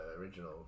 original